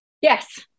Yes